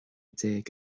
déag